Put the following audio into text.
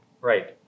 Right